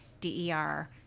DER